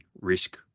risk